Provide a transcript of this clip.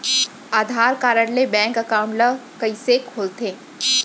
आधार card ले bank account ल कइसे खोलथे?